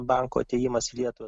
banko atėjimas į lietuvą